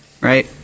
right